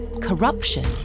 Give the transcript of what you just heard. corruption